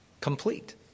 Complete